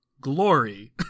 Glory